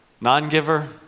non-giver